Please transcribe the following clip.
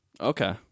Okay